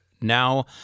now